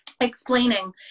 explaining